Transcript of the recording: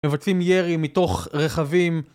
מבצעים ירי מתוך רכבים